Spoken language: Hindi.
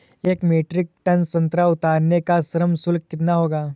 एक मीट्रिक टन संतरा उतारने का श्रम शुल्क कितना होगा?